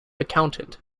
accountant